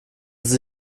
sie